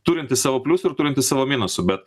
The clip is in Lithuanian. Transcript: turintis savo pliusų ir turintis savo minusų bet